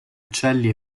uccelli